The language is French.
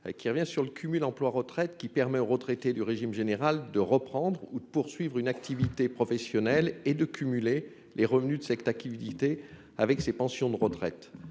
qui revient sur le cumul emploi-retraite, qui permet aux retraités du régime général de reprendre ou de poursuivre une activité professionnelle et de cumuler les revenus de secte à qui dites et avec ces pensions de retraite,